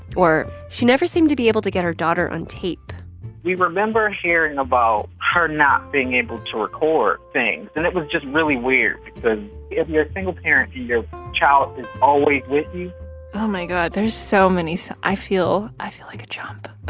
or she never seemed to be able to get her daughter on tape we remember hearing about her not being able to record things. and it was just really weird because but if you're a single parent, your child is always with you oh, my god. there's so many so i feel i feel like a chump